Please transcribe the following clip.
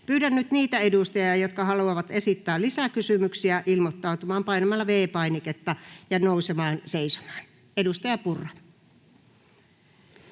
Pyydän nyt niitä edustajia, jotka haluavat esittää lisäkysymyksiä, ilmoittautumaan painamalla V-painiketta ja nousemalla seisomaan. — Edustaja Purra.